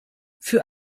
für